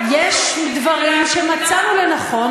יש דברים שמצאנו לנכון,